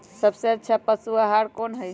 सबसे अच्छा पशु आहार कोन हई?